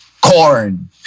corn